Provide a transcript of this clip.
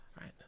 right